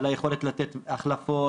על היכולת לתת החלפות,